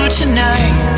tonight